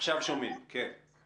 עכשיו שומעים, כן.